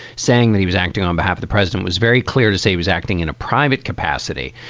saying that he was acting on behalf of the president was very clear to say he was acting in a private capacity.